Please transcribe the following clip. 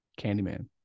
Candyman